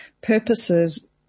purposes